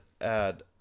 add